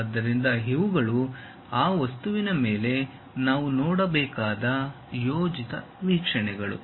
ಆದ್ದರಿಂದ ಇವುಗಳು ಆ ವಸ್ತುವಿನ ಮೇಲೆ ನಾವು ನೋಡಬೇಕಾದ ಯೋಜಿತ ವೀಕ್ಷಣೆಗಳು